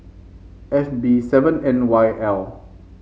F B seven N Y L